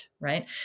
Right